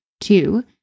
Two